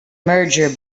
merger